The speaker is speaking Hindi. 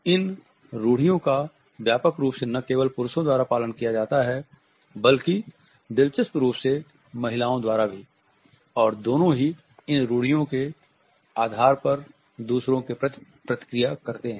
इन रूढ़ियों का व्यापक रूप से न केवल पुरुषों द्वारा पालन किया जाता है बल्कि दिलचस्प रूप से महिलाओं द्वारा भी और दोनों ही इन रूढ़ियों के आधार पर दूसरों के प्रति प्रतिक्रिया करते हैं